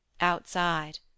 Outside